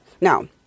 Now